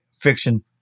fiction